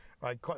Right